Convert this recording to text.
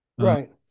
right